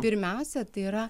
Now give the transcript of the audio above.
pirmiausia tai yra